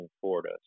Florida